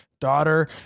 Daughter